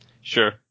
Sure